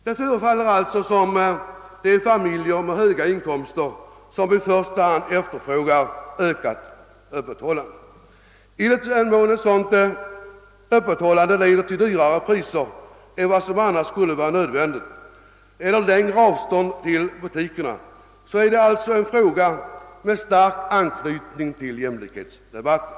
Det förefaller alltså som om i första hand familjer med höga inkomster efterfrågar ökat öppethållande. I den mån ett sådant öppethållande leder till högre priser än vad som annars skulle vara nödvändigt eller längre avstånd till butikerna rör det sig alltså om en fråga med stark anknytning till jämlikhetsdebatten.